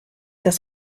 das